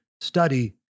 study